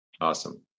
awesome